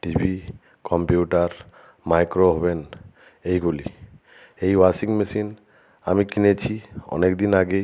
TV computer micro oven এইগুলি এই washing machine আমি কিনেছি অনেক দিন আগেই